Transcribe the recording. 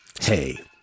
Hey